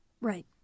Right